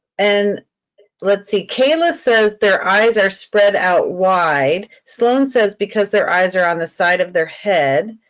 and let's see, kayla says their eyes are spread out wide. sloan says because their eyes are on the side of their head.